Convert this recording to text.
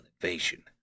invasion